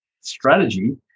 strategy